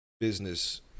business